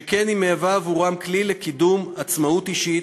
שכן היא מהווה עבורם כלי לקידום עצמאות אישית,